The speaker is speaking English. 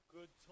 Good